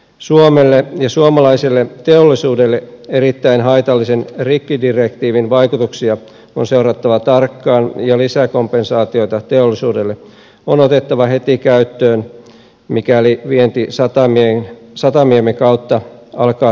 suomelle ja suomalaiselle teollisuudelle erittäin haitallisen rikkidirektiivin vaikutuksia on seurattava tarkkaan ja lisäkompensaatiota teollisuudelle on otettava heti käyttöön mikäli vienti satamiemme kautta alkaa tyrehtyä